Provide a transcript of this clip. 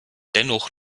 dennoch